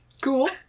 Cool